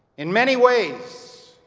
in many ways,